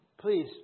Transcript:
please